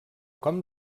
com